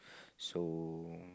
so